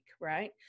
right